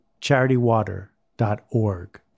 charitywater.org